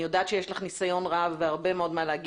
אני יודעת שיש לך ניסיון רב והרבה מאוד מה לומר.